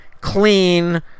clean